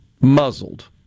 muzzled